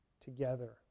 together